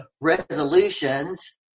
resolutions